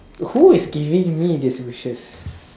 who is giving me this wishes